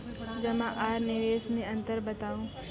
जमा आर निवेश मे अन्तर बताऊ?